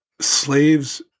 Slaves